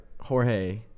Jorge